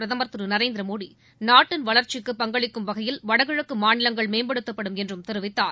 பிரதமர் திரு நரேந்திரமோடி நாட்டின் வளர்ச்சிக்கு பங்களிக்கும் வகையில் வடகிழக்கு மாநிலங்கள் மேம்படுத்தப்படும் என்றும் தெரிவித்தார்